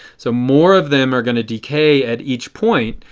so more of them are going to decay at each point.